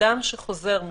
אדם שחוזר מחו"ל,